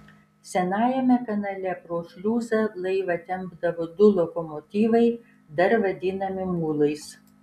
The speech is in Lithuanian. senajame kanale pro šliuzą laivą tempdavo du lokomotyvai dar vadinami mulais